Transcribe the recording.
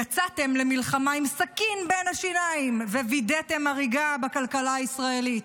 יצאתם למלחמה עם סכין בין השיניים ווידאתם הריגה בכלכלה הישראלית,